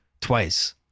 twice